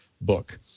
book